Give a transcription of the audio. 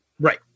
Right